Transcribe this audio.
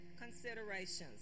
considerations